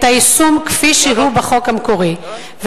את היישום כפי שהוא בחוק המקורי.